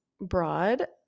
broad